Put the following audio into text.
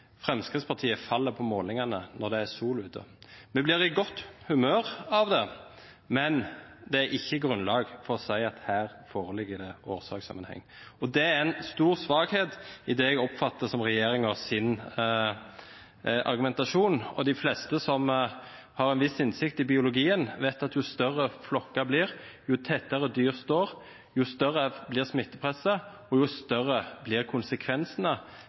Fremskrittspartiet faller på målingene når det er sol ute. Vi blir i godt humør av det, men det er ikke grunnlag for å si at det her foreligger en årsakssammenheng. Det er en stor svakhet i det jeg oppfatter som regjeringens argumentasjon. De fleste som har en viss innsikt i biologi, vet at jo større flokker blir og jo tettere dyr står, desto større blir smittepresset og